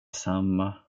samma